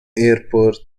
airport